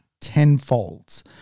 tenfold